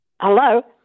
Hello